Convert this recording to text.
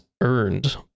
earned